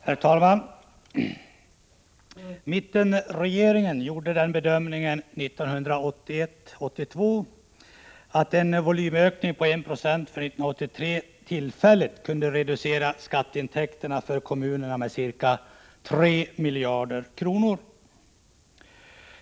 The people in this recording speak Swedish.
Herr talman! Mittenregeringen gjorde den bedömningen 1981/82 att en volymökning på 1 96 för 1983 tillfälligt kunde reducera skatteintäkterna för kommunerna med ca 3 miljarder kronor.